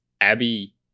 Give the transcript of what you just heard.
Abby